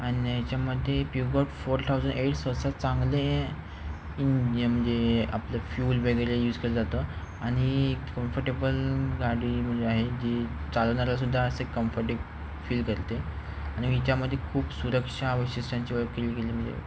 आणि याच्यामध्ये Peugeot four thousand eight असं चांगले इंज म्हणजे आपलं फ्यूल वगैरे यूज केलं जातं आणि कम्फर्टेबल गाडी म्हणजे आहे जे चालवण्याला सुद्धा असे कम्फर्टे फील करते आणि हिच्यामध्ये खूप सुरक्षा वैशिष्ट्यांची ओळख केली गेली म्हणजे